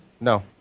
No